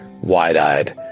wide-eyed